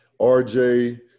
RJ